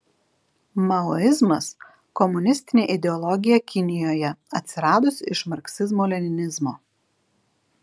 maoizmas komunistinė ideologija kinijoje atsiradusi iš marksizmo leninizmo